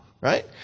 right